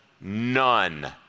none